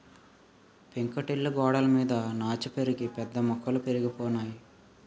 పెంకుటిల్లు గోడలమీద నాచు పెరిగి పెద్ద మొక్కలు పెరిగిపోనాయి